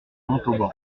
montauban